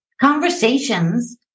conversations